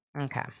Okay